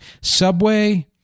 subway